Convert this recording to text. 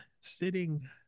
sitting